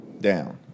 down